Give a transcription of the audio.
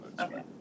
Okay